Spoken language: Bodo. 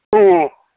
दङ